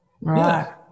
Right